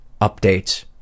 updates